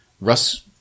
Russ